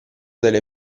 delle